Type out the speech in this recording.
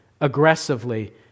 aggressively